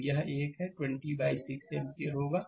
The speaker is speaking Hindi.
तो यह है यह 20बाइ 6 एम्पीयर होगा